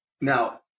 Now